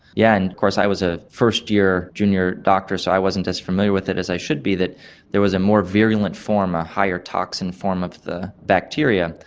yeah and of course i was a first-year junior doctor so i wasn't as familiar with it as i should be, that there was a more virulent form, a higher toxin form of the bacteria,